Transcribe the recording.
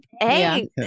Hey